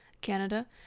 Canada